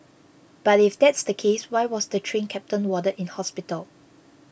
but if that's the case why was the Train Captain warded in hospital